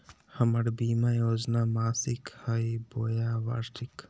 हमर बीमा योजना मासिक हई बोया वार्षिक?